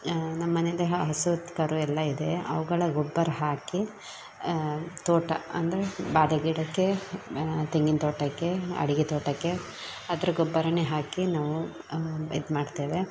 ನಮ್ಮ ಮನೇದೆ ಹಸು ಕರು ಎಲ್ಲ ಇದೆ ಅವುಗಳ ಗೊಬ್ಬರ ಹಾಕಿ ತೋಟ ಅಂದರೆ ಬಾಳೆಗಿಡಕ್ಕೆ ತೆಂಗಿನ ತೋಟಕ್ಕೆ ಅಡಿಕೆ ತೋಟಕ್ಕೆ ಅದ್ರ ಗೊಬ್ಬರನೇ ಹಾಕಿ ನಾವು ಇದು ಮಾಡ್ತೇವೆ